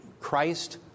Christ